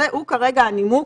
הוא כרגע הנימוק